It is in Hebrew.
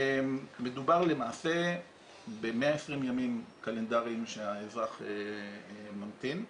מדובר למעשה ב-120 ימים קלנדריים שהאזרח ממתין.